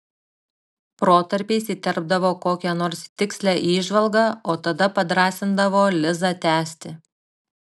protarpiais įterpdavo kokią nors tikslią įžvalgą o tada padrąsindavo lizą tęsti